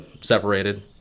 separated